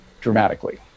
dramatically